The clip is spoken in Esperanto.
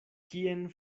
kien